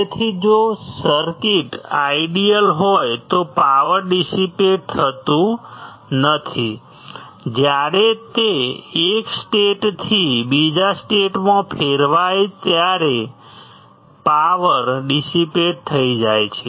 તેથી જો circuit ideal હોય તો પાવર ડીસીપેટ થતું નથી જ્યારે તે એક સ્ટેટથી બીજા સ્ટેટમાં ફેરવાય ત્યારે જ પાવર ડિસિપેટ થઈ જાય છે